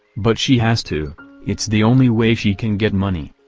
but she has to it's the only way she can get money.